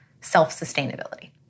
self-sustainability